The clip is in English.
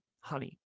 honey